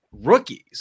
rookies